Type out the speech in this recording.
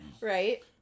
Right